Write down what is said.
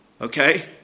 Okay